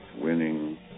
winning